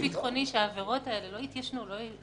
עבירות שלא תהיה בהן התיישנות בכלל.